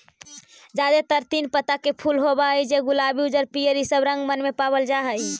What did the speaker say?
जादेतर तीन पत्ता के फूल होब हई जे गुलाबी उज्जर पीअर ईसब रंगबन में पाबल जा हई